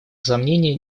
сомнения